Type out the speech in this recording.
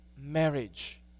marriage